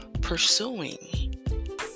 pursuing